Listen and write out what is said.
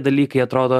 dalykai atrodo